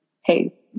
hey